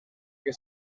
que